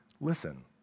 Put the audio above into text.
listen